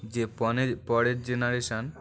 যে প পরের জেনারেশন